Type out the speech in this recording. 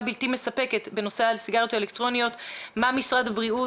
בלתי מספקת בנושא הסיגריות האלקטרוניות ואני מבקשת לדעת משרד הבריאות